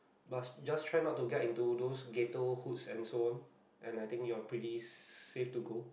but just try not to get into those gather hook and so on and I think you are pretty safe to go